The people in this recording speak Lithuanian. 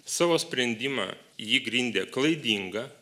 savo sprendimą jį grindė klaidinga